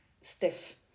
stiff